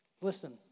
Listen